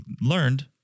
learned